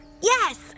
Yes